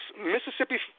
Mississippi –